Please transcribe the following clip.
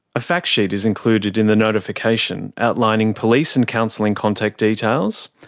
a fact sheet is included in the notification outlining police and counselling contact details,